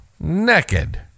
naked